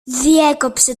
διέκοψε